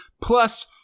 Plus